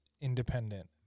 independent